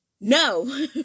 No